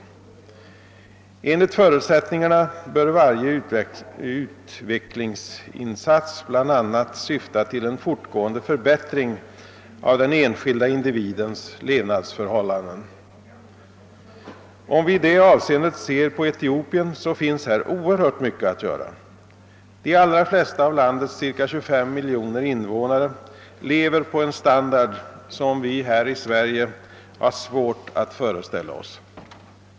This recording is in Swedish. Enligt förutsättningarna bör varje utvecklingsinsats bl.a. syfta till en fortgående förbättring av den enskilda individens levnadsförhållanden. Om vi i det avseendet ser på Etiopien så finns här oerhört mycket att göra. De allra flesta av landets cirka 25 miljoner invånare lever på en standard som vi i Sverige har svårt att föreställa oss.